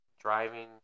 driving